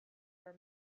were